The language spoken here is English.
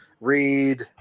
read